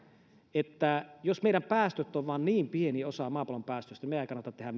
että jos meidän päästömme ovat vain niin pieni osa maapallon päästöistä meidän ei kannata tehdä